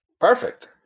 Perfect